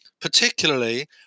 particularly